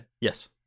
Yes